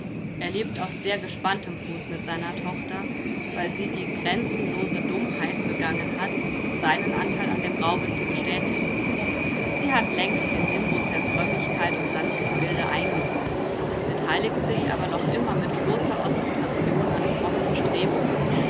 er lebt auf sehr gespanntem fuß mit seiner tochter weil sie die grenzenlose dummheit begangen hat seinen anteil an dem raube zu bestätigen sie hat längst den nimbus der frömmigkeit und sanften milde eingebüßt beteiligt sich aber noch immer mit großer ostentation an frommen bestrebungen